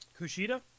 Kushida